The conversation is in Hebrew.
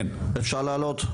אפשר להעלות?